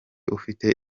ufite